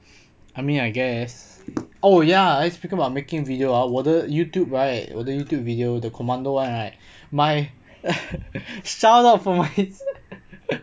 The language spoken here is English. I mean I guess oh ya eh speaking about making video ah 我的 YouTube right 我的 YouTube video the commando [one] right sound out for my hits